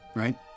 right